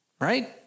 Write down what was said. Right